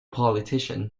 politician